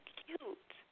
cute